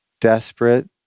desperate